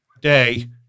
day